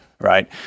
right